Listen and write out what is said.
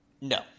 No